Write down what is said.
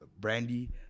brandy